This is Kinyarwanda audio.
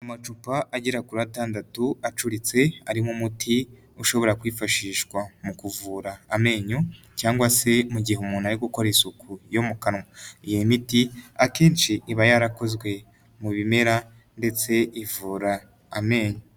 Amacupa agera kuri atandatu acuritse ari mo umuti ushobora kwifashishwa mu kuvura amenyo cyangwa se mu gihe umuntu ari gukora isuku yo mu kanwa , iyi miti akenshi iba yarakozwe mu bimera ndetse ivura amenyo.